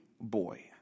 boy